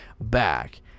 back